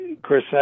Chris